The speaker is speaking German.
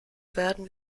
werden